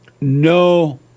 No